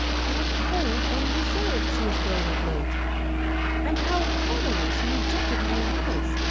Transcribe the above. how cold and reserved she is grown of late and how haughtily she rejected my advice,